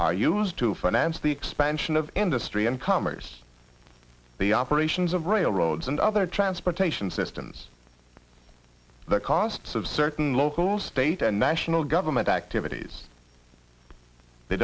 are used to finance the expansion of industry incomers the operations of railroads and other transportation systems the costs of certain local state and national government activities the